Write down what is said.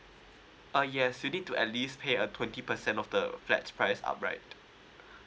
uh yes you need to at least pay a twenty percent of the flats price upright